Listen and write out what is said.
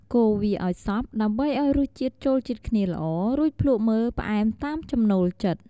កូរវាឱ្យសព្វ ដើម្បីឱ្យរសជាតិចូលជាតិគ្នាល្អ រួចភ្លក់មើលផ្អែមតាមចំណូលចិត្ត។